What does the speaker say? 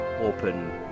open